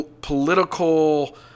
political